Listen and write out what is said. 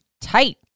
tight